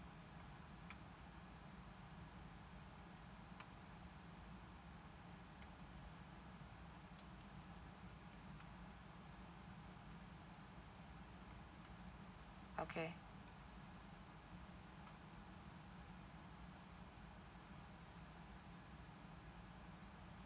okay